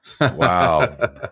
Wow